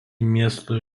miesto